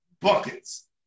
buckets